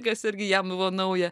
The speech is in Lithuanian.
kas irgi jam buvo nauja